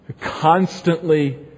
Constantly